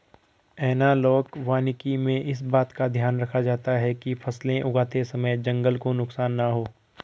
analogue वानिकी में इस बात का ध्यान रखा जाता है कि फसलें उगाते समय जंगल को नुकसान ना हो